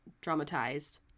dramatized